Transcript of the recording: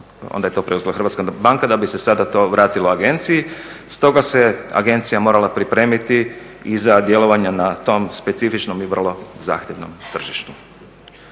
onda je to preuzela Hrvatska banka da bi se sada to vratilo agenciji. Stoga se agencija morala pripremiti i za djelovanje na tom specifičnom i vrlo zahtjevnom tržištu.